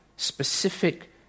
Specific